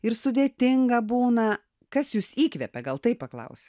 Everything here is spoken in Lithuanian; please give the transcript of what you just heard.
ir sudėtinga būna kas jus įkvepia gal tai paklausiu